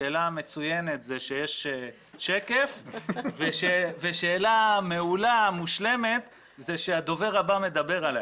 שאלה מצוינת זה כשיש שקף ושאלה מושלמת זה כשהדובר הבא מדבר עליה,